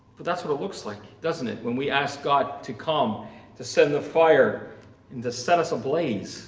but that's not what it looks like, doesn't it? when we ask god to come to send the fire in the sense as a blaze.